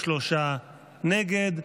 43 נגד.